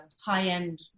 high-end